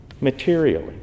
materially